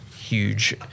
Huge